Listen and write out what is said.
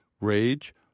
rage